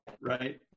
right